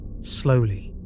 slowly